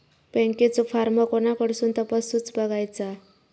बँकेचो फार्म कोणाकडसून तपासूच बगायचा?